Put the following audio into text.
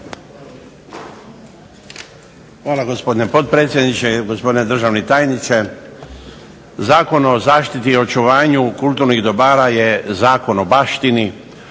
Hvala, gospodine potpredsjedniče. Gospodine državni tajniče. Zakon o zaštiti i očuvanju kulturnih dobara je zakon o baštini,